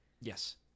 yes